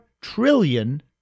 trillion